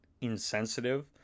insensitive